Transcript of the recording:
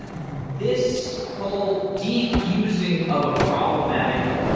ah this whole defusing of a problematic,